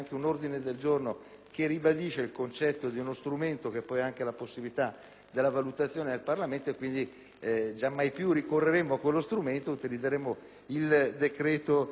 del decreto legislativo.